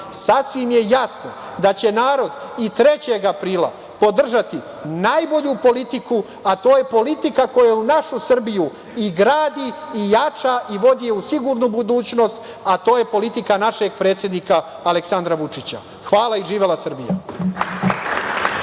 sasvim je jasno da će narod i 3. aprila podržati najbolju politiku, a to je politiku koju našu Srbiju i gradi, i jača, i vodi je u sigurnu budućnost, a to je politika našeg predsednika Aleksandra Vučića. Hvala i živela Srbija!